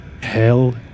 Hell